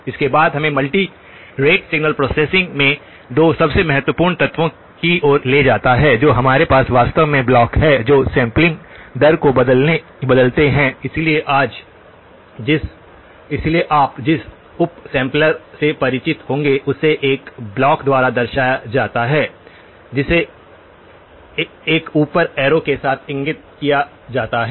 इसके बाद हमें मल्टी रेट सिग्नल प्रोसेसिंग में 2 सबसे महत्वपूर्ण तत्वों की ओर ले जाता है जहां हमारे पास वास्तव में ब्लॉक हैं जो सैंपलिंग दर को बदलते हैं इसलिए आप जिस उप सैम्पलर से परिचित होंगे उसे एक ब्लॉक द्वारा दर्शाया जाता है जिसे एक ऊपर एरो के साथ इंगित किया जाता है